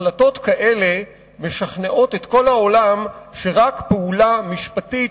בדיוק החלטות כאלה משכנעות את כל העולם שרק פעולה משפטית